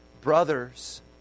brothers